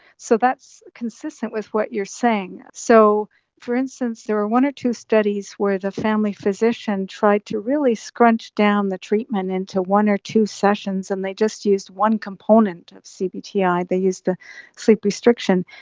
so that's consistent with what you're saying. so for instance, there were one or two studies where the family physician tried to really scrunch down the treatment into one or two sessions, and they just used one component of cbti, they use the sleep restriction,